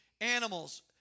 animals